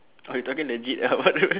uh you talking legit ah what the hell